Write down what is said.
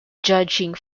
judging